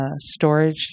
storage